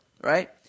right